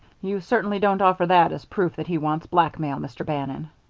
you certainly don't offer that as proof that he wants blackmail, mr. bannon.